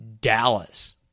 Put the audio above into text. Dallas